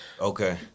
Okay